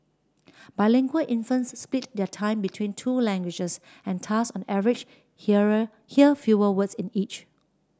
bilingual infants split their time between two languages and thus on average hear fewer words in each